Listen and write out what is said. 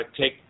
take